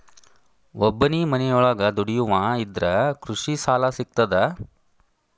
ಒಬ್ಬನೇ ಮನಿಯೊಳಗ ದುಡಿಯುವಾ ಇದ್ರ ಕೃಷಿ ಸಾಲಾ ಸಿಗ್ತದಾ?